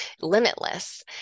limitless